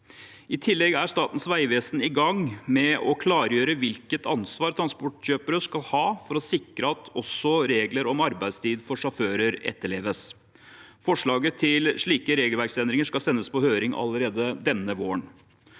I tillegg er Statens vegvesen i gang med å klargjøre hvilket ansvar transportkjøpere skal ha for å sikre at også regler om arbeidstid for sjåfører etterleves. Forslaget til slike regelverksendringer skal sendes på høring allerede denne våren.